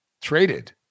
traded